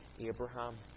Abraham